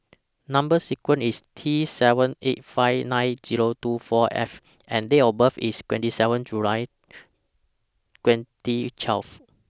Number sequence IS T seven eight five nine Zero two four F and Date of birth IS twenty seven July twenty twelve